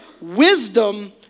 wisdom